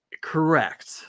correct